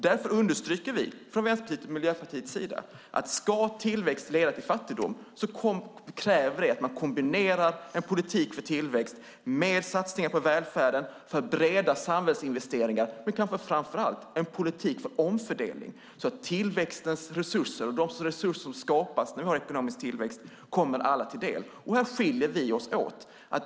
Därför understryker vi från Vänsterpartiets och Miljöpartiets sida att om tillväxt ska leda till fattigdomsbekämpning krävs att man kombinerar en politik för tillväxt med satsningar på välfärden och breda samhällsinvesteringar men kanske framför allt med en politik för omfördelning så att tillväxtens resurser och de resurser som skapas vid ekonomisk tillväxt kommer alla till del. Här skiljer vi oss åt.